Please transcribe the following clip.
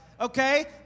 Okay